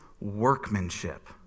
workmanship